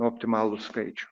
optimalų skaičių